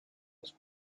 was